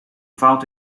fout